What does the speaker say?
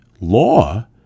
law